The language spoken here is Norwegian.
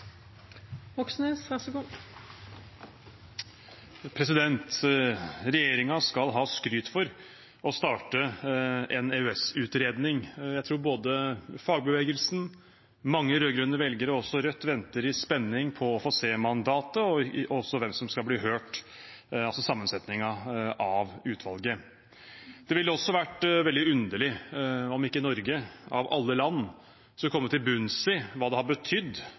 skal ha skryt for å starte en EØS-utredning. Jeg tror både fagbevegelsen, mange rød-grønne velgere og også Rødt venter i spenning på å få se mandatet og også hvem som skal bli hørt, altså sammensetningen av utvalget. Det ville også vært veldig underlig om ikke Norge, av alle land, skal komme til bunns i hva det har betydd